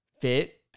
fit